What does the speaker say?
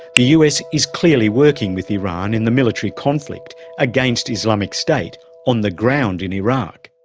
the us is clearly working with iran in the military conflict against islamic state on the ground in iraq.